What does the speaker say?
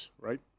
right